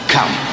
Come